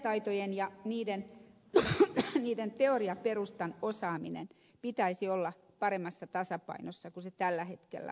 kädentaitojen ja niiden teoriaperustan osaaminen pitäisi olla paremmassa tasapainossa kuin se tällä hetkellä on